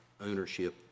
ownership